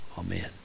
Amen